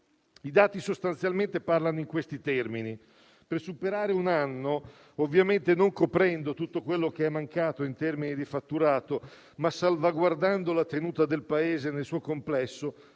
I dati sostanzialmente parlano in questi termini: per superare un anno, ovviamente non coprendo tutto quello che è mancato in termini di fatturato, ma salvaguardando la tenuta del Paese nel suo complesso,